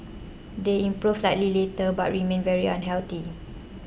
they improved slightly later but remained very unhealthy